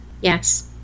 Yes